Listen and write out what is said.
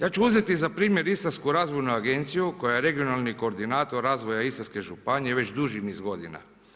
Ja ću uzeti za primjer Istarsku razvojnu agenciju koja je regionalni koordinator razvoja Istarske županije već dužni niz godina.